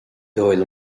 dóigh